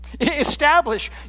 Establish